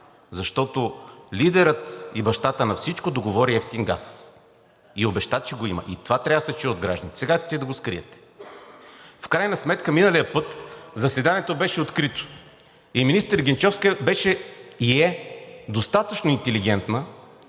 защото лидерът и бащата на всичко договори евтин газ и обеща, че го има. Това трябва да се чуе от гражданите. Сега искате да го скриете. В крайна сметка миналия път заседанието беше открито и министър Генчовска беше, и е достатъчно интелигентна,